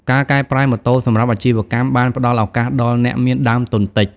ការកែប្រែម៉ូតូសម្រាប់អាជីវកម្មបានផ្តល់ឱកាសដល់អ្នកមានដើមទុនតិច។